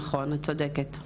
נכון, את צודקת.